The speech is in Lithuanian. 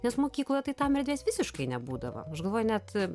nes mokykloje tai tam erdvės visiškai nebūdavo aš galvoju net